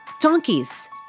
donkeys